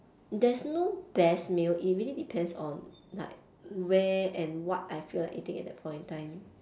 there's no best meal it really depends on like where and what I feel like eating at that point in time